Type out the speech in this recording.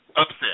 upset